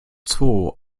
zwo